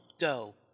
go